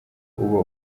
uba